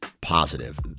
positive